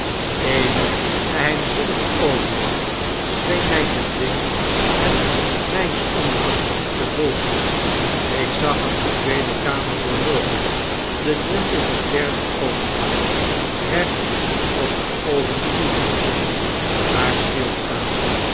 eene geheimzinnige overmacht scheen my te dwingen hem mijns ondanks te volgen ik zag hem de tweede kamer doorloopen den drempel der derde overgaan recht op den oventoeloopen en daar stilstaan